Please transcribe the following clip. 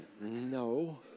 No